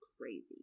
crazy